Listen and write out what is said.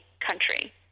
Country